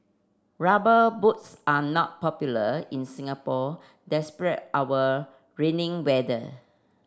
rubber boots are not popular in Singapore despite our rainy weather